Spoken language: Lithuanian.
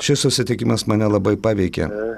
šis susitikimas mane labai paveikė